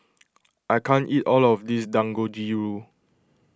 I can't eat all of this Dangojiru